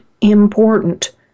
important